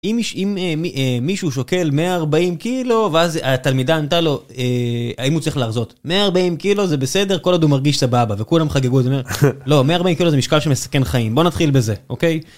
אם מישהו שוקל 140 קילו, ואז התלמידה ענתה לו האם הוא צריך להרזות, 140 קילו זה בסדר כל עוד הוא מרגיש סבבה וכולם חגגו את זה. לא 140 קילו זה משקל שמסכן חיים בוא נתחיל בזה אוקיי.